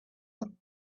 them